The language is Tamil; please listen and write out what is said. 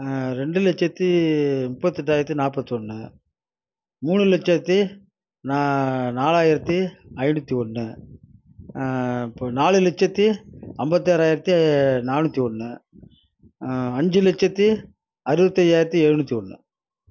ரெண்டு லட்சத்தி முப்பத்தெட்டாயிரத்தி நாற்பத்தொன்னு மூணு லட்சத்தி நா நாலாயிரத்தி ஐநூற்றி ஒன்று நாலு லட்சத்தி ஐம்பத்தோராயிரத்தி நானூற்றி ஒன்று அஞ்சு லட்சத்தி அறுபத்தி ஐயாயிரத்தி எழுநூற்றி ஒன்று